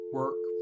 work